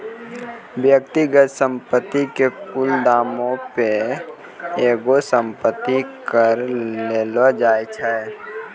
व्यक्तिगत संपत्ति के कुल दामो पे एगो संपत्ति कर लगैलो जाय छै